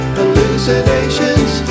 hallucinations